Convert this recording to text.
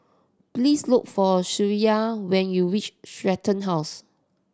please look for Shreya when you reach Stratton House